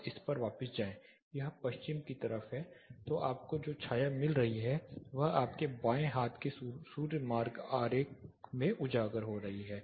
बस इस पर वापस जाएं यह पश्चिम की तरफ है तो आपको जो छाया मिल रही है वह आपके बाएं हाथ के सूर्य मार्ग आरेख में उजागर हो रही है